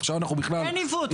עכשיו אנחנו בכלל --- אין עיוות,